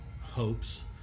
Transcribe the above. hopes